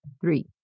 three